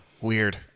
Weird